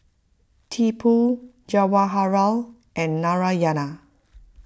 Tipu Jawaharlal and Narayana